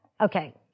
Okay